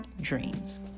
dreams